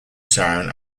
town